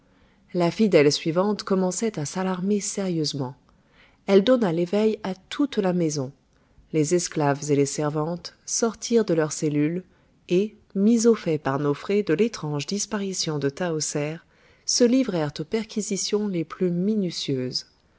la fidèle suivante commençait à s'alarmer sérieusement elle donna l'éveil à toute la maison les esclaves et les servantes sortirent de leurs cellules et mis au fait par nofré de l'étrange disparition de tahoser se livrèrent aux perquisitions les plus minutieuses